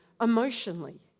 emotionally